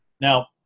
Now